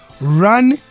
run